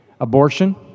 Abortion